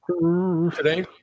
today